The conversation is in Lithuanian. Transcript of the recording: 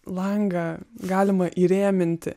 langą galima įrėminti